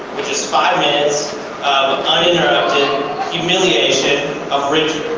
which is five minutes of uninterrupted humiliation of richard.